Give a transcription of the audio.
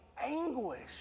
anguish